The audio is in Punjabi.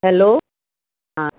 ਹੈਲੋ ਹਾਂ